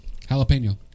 Jalapeno